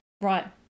right